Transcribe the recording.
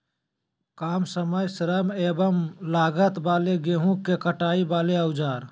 काम समय श्रम एवं लागत वाले गेहूं के कटाई वाले औजार?